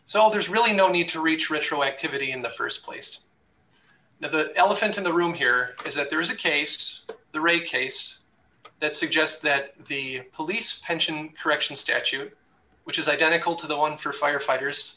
all there's really no need to reach ritual activity in the st place now the elephant in the room here is that there is a case of the rape case that suggests that the police pension correction statute which is identical to the one for firefighters